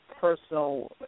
personal